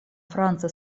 franca